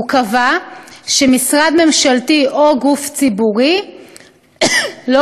הוא קבע שמשרד ממשלתי או גוף ציבורי לא